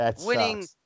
winning